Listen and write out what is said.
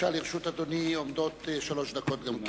לרשות אדוני שלוש דקות גם כן.